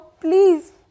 please